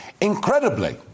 incredibly